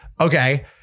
Okay